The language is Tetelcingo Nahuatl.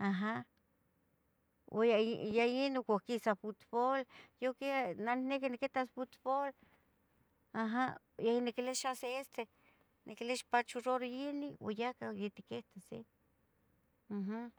aha, ua ya ino quisa futbol, yo quie, neh niqui niquitas futbol, aha ya niquilia xa se este, niquilia ixpachoror ini ua yacah yatiquitas ino, uhm.